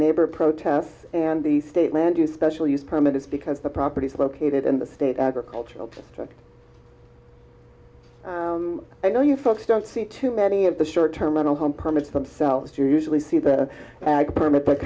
neighbor protests and the state land use special use permits because the properties located in the state agricultural district i know you folks don't see too many of the short term on a home permits themselves you usually see the permit that